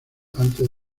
antes